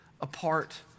Apart